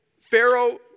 Pharaoh